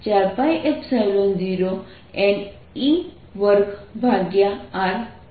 e14π0ne2R થશે